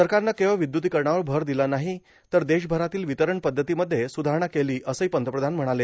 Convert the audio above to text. सरकारनं केवळ विद्युतीकरणावर भर दिला नाही तर देशभरातील वितरण पद्धतीमध्ये सुधारणा केली असंही पंतप्रधान म्हणाले